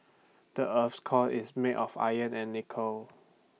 the Earth's core is made of iron and nickel